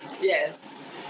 Yes